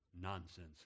nonsense